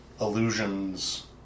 illusions